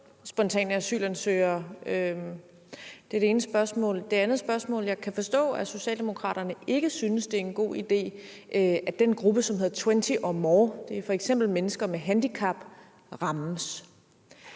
spontane asylansøgere. Det er det ene spørgsmål. Det andet spørgsmål er: Jeg kan forstå, at socialdemokraterne ikke synes, det er en god idé, at den gruppe, som hedder twenty or more – det er f.eks. mennesker med handicap – rammes.